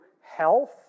health